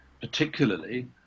particularly